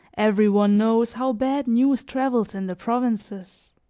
every one knows how bad news travels in the provinces,